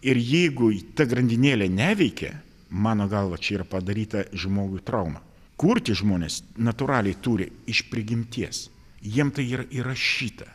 ir jeigu ta grandinėlė neveikia mano galva čia yra padaryta žmogui trauma kurti žmonės natūraliai turi iš prigimties jiem tai yra įrašyta